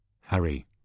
Harry